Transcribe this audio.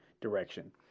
direction